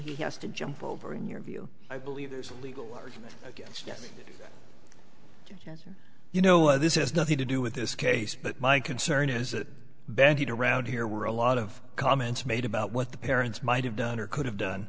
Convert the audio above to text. he has to jump over in your view i believe there's a legal argument against you know why this has nothing to do with this case but my concern is that bandied around here were a lot of comments made about what the parents might have done or could have done